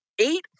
eight